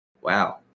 Wow